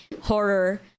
horror